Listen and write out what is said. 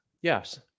Yes